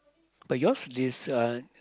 but yours is uh